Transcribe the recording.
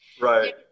Right